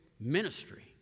ministry